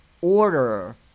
order